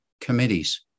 committees